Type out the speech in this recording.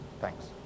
Thanks